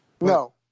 No